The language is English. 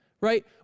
right